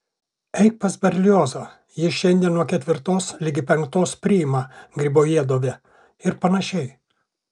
eik pas berliozą jis šiandien nuo ketvirtos ligi penktos priima gribojedove ir panašiai